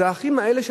זה האחים האלה,